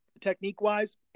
technique-wise